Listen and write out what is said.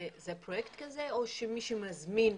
זה פרויקט או שמי שמזמין,